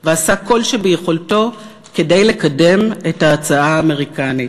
ועשה כל שביכולתו כדי לקדם את ההצעה האמריקנית.